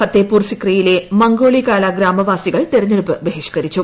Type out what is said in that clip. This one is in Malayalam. ഫത്തേപ്പൂർ സിക്രിയിലെ മംഗോളികാലാ ഗ്രാമവാസികൾ തെരഞ്ഞെടുപ്പ് ബഹിഷ്കരിച്ചു